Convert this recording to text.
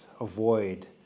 avoid